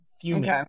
fuming